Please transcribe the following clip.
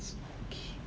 okay